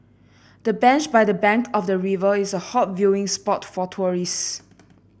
the bench by the bank of the river is a hot viewing spot for tourists